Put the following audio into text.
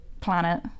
planet